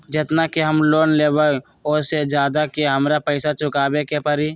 जेतना के हम लोन लेबई ओ से ज्यादा के हमरा पैसा चुकाबे के परी?